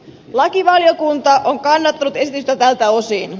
lakivaliokunta on kannattanut esitystä tältä osin